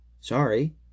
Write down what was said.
Sorry